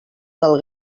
del